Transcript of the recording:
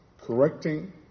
correcting